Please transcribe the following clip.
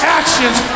actions